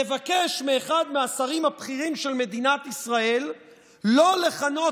לבקש מאחד מהשרים הבכירים של מדינת ישראל לא לכנות